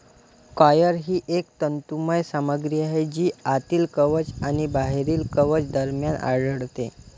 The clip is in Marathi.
कॉयर ही एक तंतुमय सामग्री आहे जी आतील कवच आणि बाहेरील कवच दरम्यान आढळते